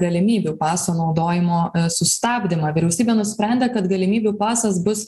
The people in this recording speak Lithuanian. galimybių paso naudojimo sustabdymą vyriausybė nusprendė kad galimybių pasas bus